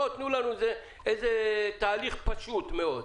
תנו לנו איזה תהליך פשוט מאוד.